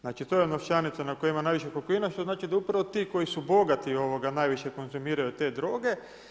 Znači to je novčanica na kojoj ima najviše kokaina, što znači da upravo ti koji su bogati najviše konzumiraju te droge.